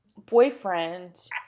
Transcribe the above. boyfriend